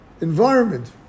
environment